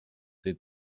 tej